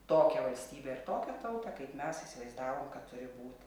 tokią valstybę ir tokią tautą kaip mes įsivaizdavom kad turi būt